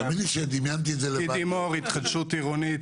גידי מור, התחדשות עירונית.